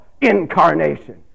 incarnation